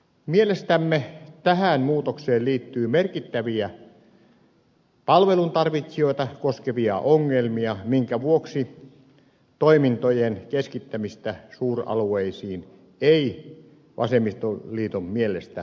mielestämme tähän muutokseen liittyy merkittäviä palveluntarvitsijoita koskevia ongelmia minkä vuoksi toimintojen keskittämistä suuralueisiin ei vasemmistoliiton mielestä tule toteuttaa